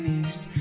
east